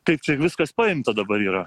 kaip čia viskas paimta dabar yra